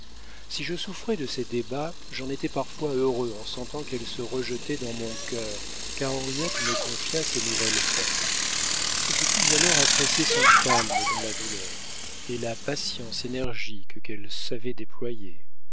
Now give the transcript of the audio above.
si je souffrais de ces débats j'en étais parfois heureux en sentant qu'elle se rejetait dans mon cœur car henriette me confia ses nouvelles peines je pus alors apprécier son calme dans la douleur et la patience énergique qu'elle savait déployer